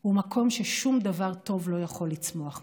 הוא מקום ששום דבר טוב לא יכול לצמוח ממנו.